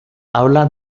habla